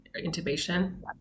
intubation